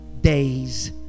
day's